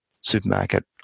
supermarket